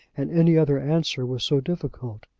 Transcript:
and any other answer was so difficult!